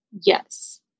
Yes